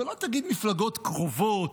ולא תגיד מפלגות קרובות,